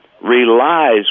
relies